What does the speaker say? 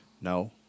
No